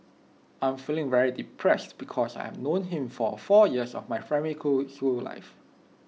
I'm feeling very depressed because I've known him for four years of my primary cool school life